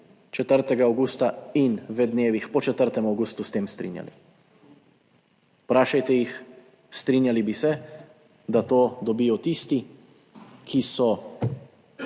4. avgusta in v dnevih po 4. avgustu, s tem strinjali. Vprašajte jih. Strinjali bi se, da to dobijo tisti, ki so